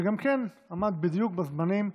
שגם כן עמד בדיוק בזמנים.